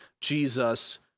Jesus